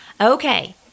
Okay